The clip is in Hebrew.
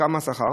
כמה השכר,